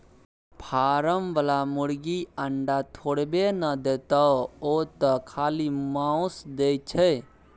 form बला मुरगी अंडा थोड़बै न देतोउ ओ तँ खाली माउस दै छै